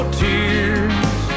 tears